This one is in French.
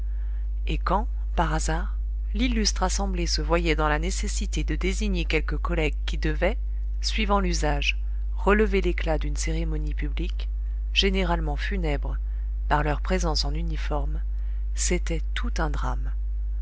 et quand par hasard l'illustre assemblée se voyait dans la nécessité de désigner quelques collègues qui devaient suivant l'usage relever l'éclat d'une cérémonie publique généralement funèbre par leur présence en uniforme c'était tout un drame